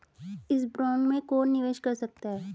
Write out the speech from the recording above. इस बॉन्ड में कौन निवेश कर सकता है?